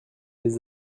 les